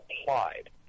applied